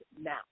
now